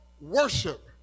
worship